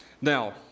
Now